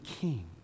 king